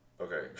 Okay